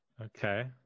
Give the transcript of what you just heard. Okay